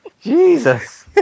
Jesus